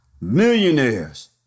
millionaires